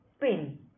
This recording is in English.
pin